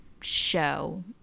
show